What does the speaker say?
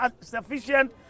sufficient